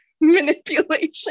manipulation